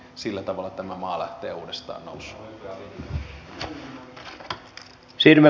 sillä tavalla tämä maa lähtee uudestaan nousuun